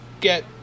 get